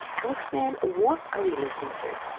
alex mann, what are we listening to?